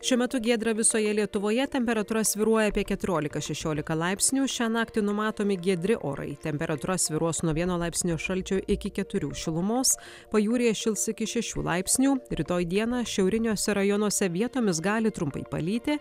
šiuo metu giedra visoje lietuvoje temperatūra svyruoja apie keturioliką šešioliką laipsnių šią naktį numatomi giedri orai temperatūra svyruos nuo vieno laipsnio šalčio iki keturių šilumos pajūryje šils iki šešių laipsnių rytoj dieną šiauriniuose rajonuose vietomis gali trumpai palyti